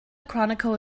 chronicle